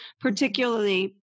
particularly